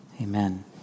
Amen